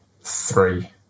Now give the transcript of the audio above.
three